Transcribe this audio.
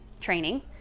training